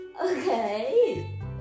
Okay